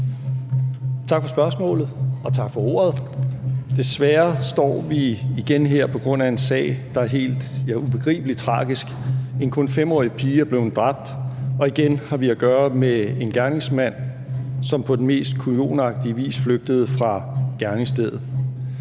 Tak for spørgsmålet, og tak for ordet. Desværre står vi igen her på grund af en sag, der er helt ubegribelig tragisk. En kun 5-årig pige er blevet dræbt, og igen har vi at gøre med en gerningsmand, som på mest kujonagtig vis flygtede fra gerningsstedet.